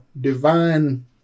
divine